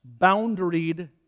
boundaried